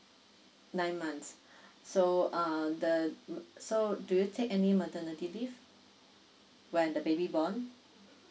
nine months so uh the so do you take any maternity leave when the baby born